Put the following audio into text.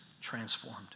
transformed